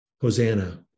Hosanna